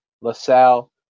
LaSalle